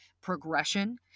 progression